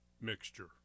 mixture